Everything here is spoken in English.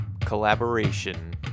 collaboration